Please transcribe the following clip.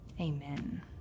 Amen